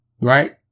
Right